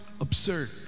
Absurd